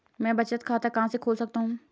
मैं बचत खाता कहां खोल सकता हूँ?